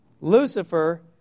Lucifer